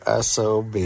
sob